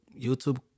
YouTube